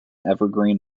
evergreen